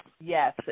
Yes